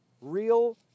real